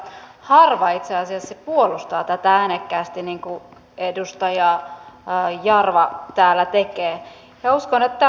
harva itse asiassa puolustaa tätä äänekkäästi niin kuin edustaja jarva täällä tekee ja uskon että syystä